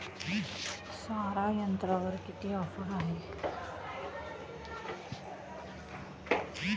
सारा यंत्रावर किती ऑफर आहे?